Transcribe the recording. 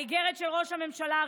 האיגרת של ראש הממשלה,